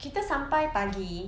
kita sampai pagi